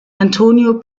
antonio